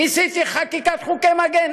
ניסיתי חקיקת חוקי מגן,